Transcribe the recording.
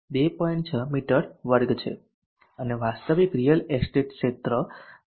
6 મી2 છે અને વાસ્તવિક રીઅલ એસ્ટેટ ક્ષેત્ર 3